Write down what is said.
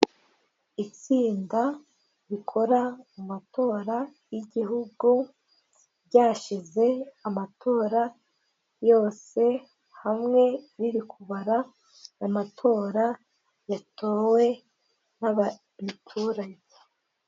Itsinda rikora mu matora y'igihugu ryashyize amatora yose hamwe ririkubara amatora yatowe n'abaturage.